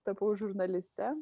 tapau žurnaliste